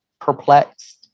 perplexed